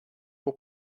pour